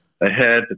ahead